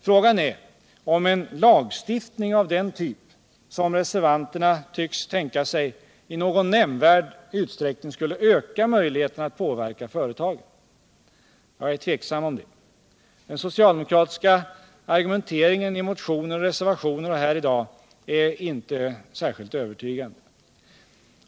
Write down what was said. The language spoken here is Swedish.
Frågan är, om en lagstiftning av den typ som reservanterna tycks tänka sig, i någon nämnvärd utsträckning skulle öka möjligheterna att påverka företagen. Jag är tveksam om det. Den socialdemokratiska argumenteringen i motioner, i reservationer och i debatten i dag är inte särskilt övertygande.